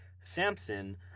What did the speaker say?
Samson